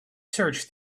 search